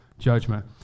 judgment